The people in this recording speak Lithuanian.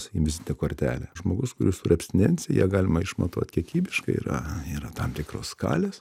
sakykim vizitinė kortelė žmogus kuris turi abstinenciją ją galima išmatuot kiekybiškai yra yra tam tikros skalės